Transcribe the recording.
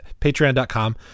patreon.com